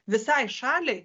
visai šaliai